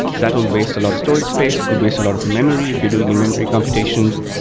that will waste a lot of storage space. it could waste a lot of memory if you're doing in-memory computations,